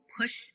push